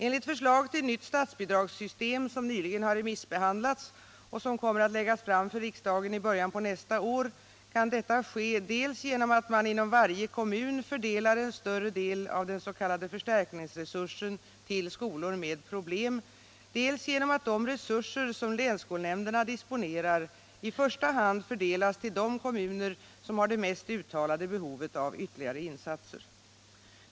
Enligt förslag till nytt statsbidragssystem, som nyligen har remissbehandlats och som kommer att läggas fram för riksdagen i början på nästa år, kan detta ske dels genom att man inom varje kommun fördelar en större del av den s.k. förstärkningsresursen till skolor med problem, dels genom att de resurser som länsskolnämnderna disponerar i första hand fördelas till de kommuner som har det mest uttalade behovet av ytterligare insatser.